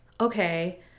okay